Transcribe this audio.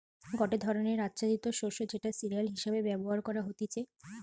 গটে ধরণের আচ্ছাদিত শস্য যেটা সিরিয়াল হিসেবে ব্যবহার করা হতিছে